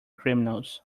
criminals